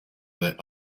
their